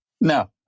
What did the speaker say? No